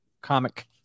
Comic